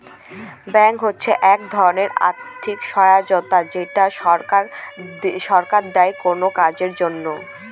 grant হচ্ছে এক ধরনের আর্থিক সহায়তা যেটা সরকার দেয় কোনো কাজের জন্য